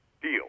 deal